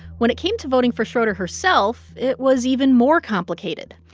when it came to voting for schroeder herself, it was even more complicated.